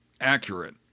accurate